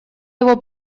его